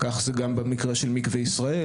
כך זה גם במקרה של מקווה ישראל.